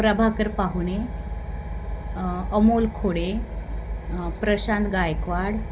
प्रभाकर पाहुणे अमोल खोडे प्रशांत गायकवाड